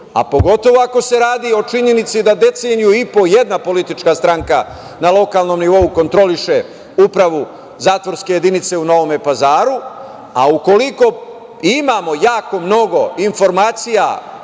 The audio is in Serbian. pogotovo ako se radi o činjenici da deceniju i po jedna politička stranka na lokalnom nivou kontroliše upravu zatvorske jedinice u Novom Pazaru. Ukoliko imamo jako mnogo informacija